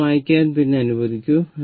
അത് മായ്ക്കാൻ എന്നെ അനുവദിക്കൂ